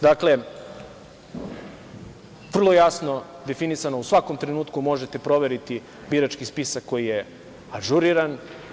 Dakle, vrlo jasno definisano, u svakom trenutku možete proveriti birački spisak koji je ažuriran.